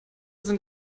sind